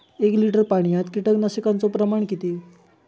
एक लिटर पाणयात कीटकनाशकाचो प्रमाण किती?